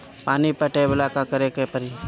पानी पटावेला का करे के परी?